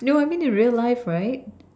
no I mean in real life right